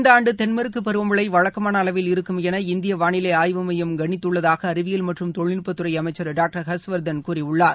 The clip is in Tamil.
இந்த ஆண்டு தென்மேற்கு பருவமழை வழக்கமான அளவில் இருக்கும் என இந்திய வானிலை ஆய்வு மையம் கணித்துள்ளதாக அறிவியல் மற்றும் தொழில்நுட்பத்துறை அமைச்சர் டாக்டர் ஹர்ஷ்வர்தன் கூறியுள்ளார்